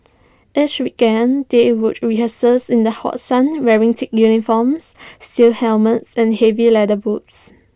each weekend they would rehearse in the hot sun wearing thick uniforms steel helmets and heavy leather boots